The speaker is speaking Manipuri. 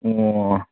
ꯑꯣ